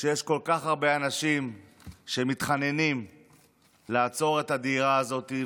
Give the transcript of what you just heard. שיש כל כך הרבה אנשים שמתחננים לעצור את הדהירה הזאת,